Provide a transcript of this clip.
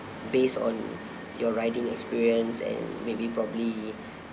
based on your riding experience and maybe probably